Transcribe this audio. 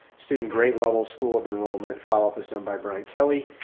student grade level school of enrollment follow up is done by brian kelly,